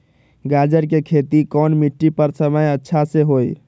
गाजर के खेती कौन मिट्टी पर समय अच्छा से होई?